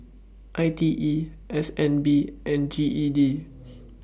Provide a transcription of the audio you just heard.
I T E S N B and G E D